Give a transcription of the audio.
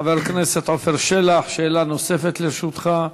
חבר הכנסת עפר שלח, שאלה נוספת לרשותך.